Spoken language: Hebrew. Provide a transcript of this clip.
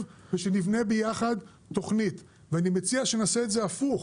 ושנבנה ביחד תוכנית ואני מציע שנעשה את זה הפוך,